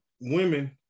women